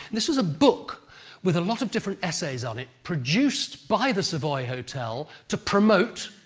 this was a book with a lot of different essays on it produced by the savoy hotel to promote